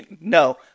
No